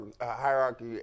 hierarchy